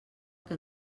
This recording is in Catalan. que